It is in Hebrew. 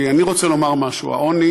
אני רוצה לומר משהו: העוני